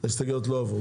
ההסתייגויות לא עברו.